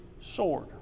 sword